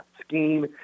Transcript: scheme